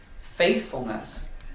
faithfulness